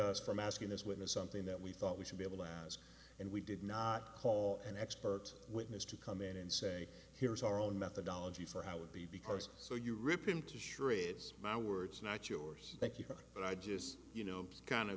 us from asking this witness something that we thought we should be able to ask and we did not call an expert witness to come in and say here's our own methodology for how would be because so you rip him to shreds my words not yours thank you but i just you know kind of